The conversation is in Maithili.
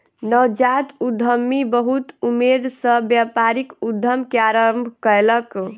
नवजात उद्यमी बहुत उमेद सॅ व्यापारिक उद्यम के आरम्भ कयलक